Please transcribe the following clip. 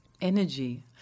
energy